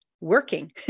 working